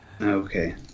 Okay